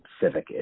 civic